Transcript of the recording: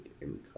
income